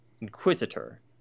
inquisitor